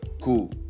Cool